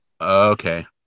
Okay